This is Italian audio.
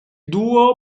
duo